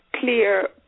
clear